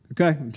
okay